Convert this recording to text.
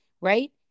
right